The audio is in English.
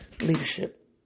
leadership